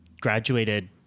graduated